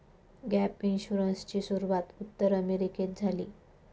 gap इन्शुरन्सची सुरूवात उत्तर अमेरिकेत झाली